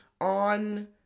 on